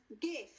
Gift